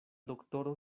doktoro